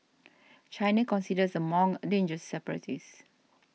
China considers the monk a dangerous separatist